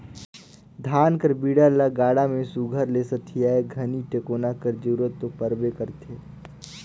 धान कर बीड़ा ल गाड़ा मे सुग्घर ले सथियाए घनी टेकोना कर जरूरत दो परबे करथे